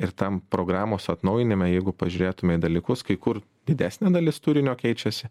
ir tam programos atnaujinime jeigu pažiūrėtume į dalykus kai kur didesnė dalis turinio keičiasi